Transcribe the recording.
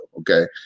Okay